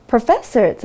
Professor